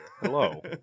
Hello